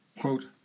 quote